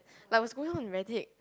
likes was going on in reddit